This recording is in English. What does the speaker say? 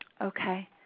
Okay